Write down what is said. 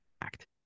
act